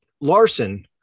Larson